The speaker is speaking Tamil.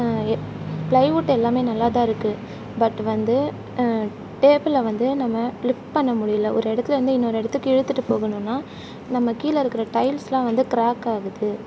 பிளைவுட் எல்லாமே நல்லாதா இருக்கும் பட் வந்து டேபிளை வந்து நம்ம லிப்ட் பண்ண முடியல ஒரு இடத்துலேர்ந்து இன்னொரு இடத்துக்கு இழுத்துட்டு போகணும்னா நம்ம கீழே இருக்கிற டைல்ஸ்லாம் வந்து கிராக் ஆகுது